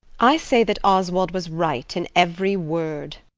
i say that oswald was right in every word.